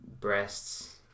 breasts